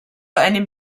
einem